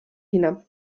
hinab